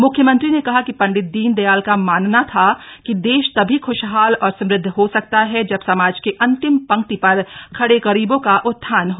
मुख्यमंत्री ने कहा कि पंडित दीनदयाल का मानना था कि देश तभी ख्शहाल और समृद्ध हो सकता है जब समाज के अन्तिम पंक्ति पर खड़े गरीबों का उत्थान हो